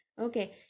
Okay